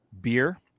beer